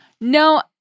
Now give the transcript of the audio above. No